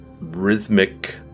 rhythmic